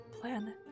plan